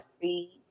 seeds